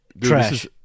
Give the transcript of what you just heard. Trash